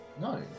No